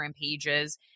pages